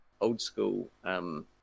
old-school